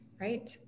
right